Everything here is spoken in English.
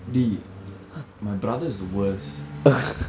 dey my brother is the worst